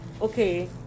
Okay